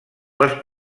les